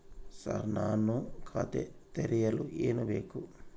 Sir ನಾನು ಖಾತೆ ತೆರೆಯಲು ಏನು ಬೇಕು?